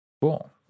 Cool